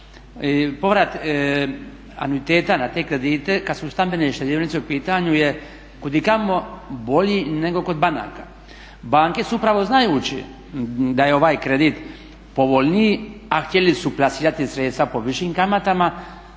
povrat anuiteta na te kredite kad su stambene štedionice u pitanju je kudikamo bolji nego kod banaka. Banke su upravo znajući da je ovaj kredit povoljniji, a htjeli su plasirati sredstva po višim kamatama